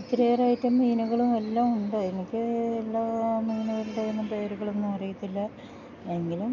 ഒത്തിരിയേറെ ഐറ്റം മീന്കളു എല്ലാ ഉണ്ട് എനിക്ക് എല്ലാം ഇങ്ങനെ വെറ്തെ ഒന്നും പേര്കളൊന്നു അറിയത്തില്ല എങ്കിലും